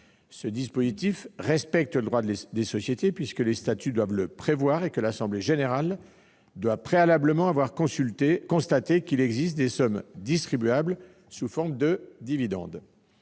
Ce dispositif respecte le droit des sociétés, puisque les statuts doivent le prévoir et que l'assemblée générale doit préalablement avoir constaté qu'il existe des sommes distribuables sous forme de dividendes.